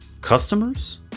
customers